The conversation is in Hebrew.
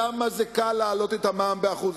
כמה קל להעלות את המע"מ ב-1%.